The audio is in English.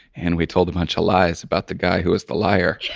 and we told a bunch of lies about the guy who was the liar?